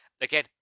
Again